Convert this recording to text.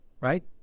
right